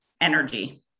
energy